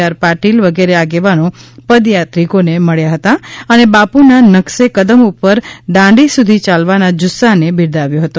આરપાટીલ વગેરે આગેવાનો પદ યાત્રિકો ને મળ્યા હતા અને બાપુ ના નકશે કદમ ઉપર દાંડી સુધી ચાલવાના જુસ્સાને બિરદાવયો હતો